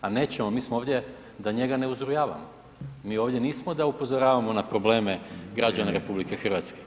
Pa nećemo mi smo ovdje da njega ne uzrujavamo, mi ovdje nismo da upozoravamo na probleme građana RH.